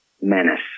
menace